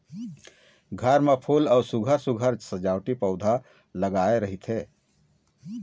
घर म फूल अउ सुग्घर सुघ्घर सजावटी पउधा लगाए रहिथे